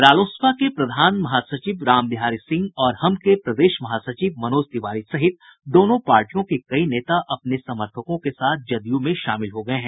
रालोसपा के प्रधान महासचिव रामबिहारी सिंह और हम के प्रदेश महासचिव मनोज तिवारी सहित दोनों पार्टियों के कई नेता अपने समर्थकों के साथ जदयू में शामिल हो गये हैं